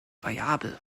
variabel